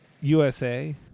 USA